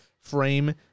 frame